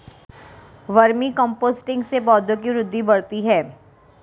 vermi composting से पौधों की वृद्धि बढ़ती है